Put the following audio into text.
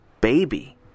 baby